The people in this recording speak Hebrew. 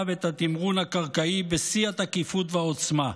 ואת התמרון הקרקע בשיא התקיפות והעוצמה.